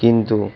কিন্তু